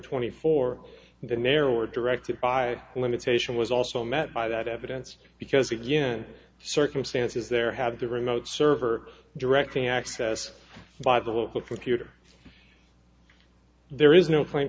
twenty four and then there were directed by limitation was also met by that evidence because again circumstances there have the remote server directing access by the local computer there is no p